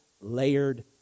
layered